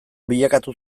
bilakatu